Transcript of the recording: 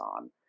on